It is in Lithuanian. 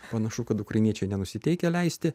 panašu kad ukrainiečiai nenusiteikę leisti